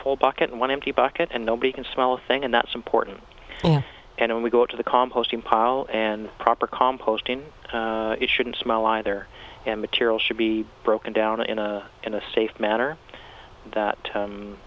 full bucket and one empty bucket and nobody can smell a thing and that's important and we go to the composting pile and proper composting it shouldn't smell either and material should be broken down in a in a safe manner that